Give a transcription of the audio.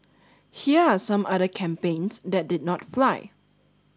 here are some other campaigns that did not fly